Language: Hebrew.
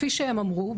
כפי שהם אמרו,